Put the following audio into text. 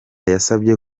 yasabye